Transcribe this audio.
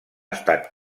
estat